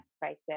crisis